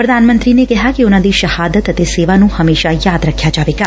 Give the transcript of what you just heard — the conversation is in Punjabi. ਪੁਧਾਨ ਮੰਤਰੀ ਨੇ ਕਿਹਾ ਕਿ ਉਨਾਂ ਦੀ ਸ਼ਹਾਦਤ ਅਤੇ ਸੇਵਾ ਨੂੰ ਹਮੇਸ਼ਾ ਯਾਦ ਰੱਖਿਆ ਜਾਏਗਾ